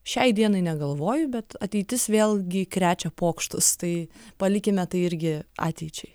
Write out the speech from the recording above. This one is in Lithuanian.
šiai dienai negalvoju bet ateitis vėlgi krečia pokštus tai palikime tai irgi ateičiai